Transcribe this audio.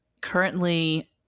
currently